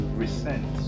resent